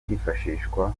kwifashishwa